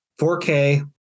4K